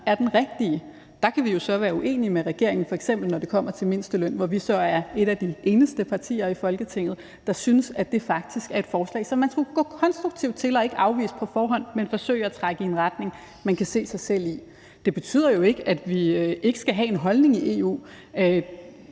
er den rigtige. Der kan vi jo så være uenige med regeringen, f.eks. når det kommer til mindsteløn, hvor vi så er et af de eneste partier i Folketinget, der synes, at det faktisk er et forslag, som man skulle gå konstruktivt til og ikke afvise på forhånd, men forsøge at trække i en retning, man kan se sig selv i. Det betyder jo ikke, at vi ikke skal have en holdning i EU.